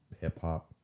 hip-hop